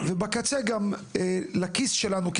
וגם עבור הכיס שלנו,